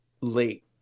late